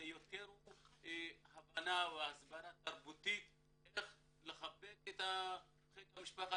זה יותר הבנה או הסברה תרבותית איך לחבק את חיק המשפחה,